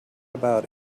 about